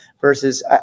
versus